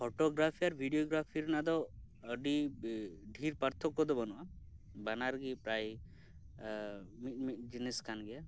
photo ᱜᱨᱟᱯᱷᱤ ᱟᱨ videography ᱨᱮᱭᱟᱜ ᱫᱚ ᱟᱹᱰᱤ ᱰᱷᱮᱨ ᱯᱟᱨᱛᱷᱚᱠᱠᱚ ᱫᱚ ᱵᱟᱱᱩᱜᱼᱟ ᱵᱟᱱᱟᱨ ᱜᱮ ᱯᱨᱟᱭ ᱢᱤᱫ ᱢᱤᱫ ᱡᱤᱱᱤᱥ ᱠᱟᱱ ᱜᱮᱭᱟ